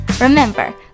Remember